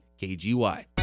KGY